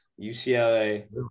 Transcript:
UCLA